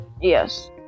Yes